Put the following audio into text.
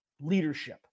leadership